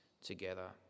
together